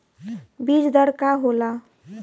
बीज दर का होला?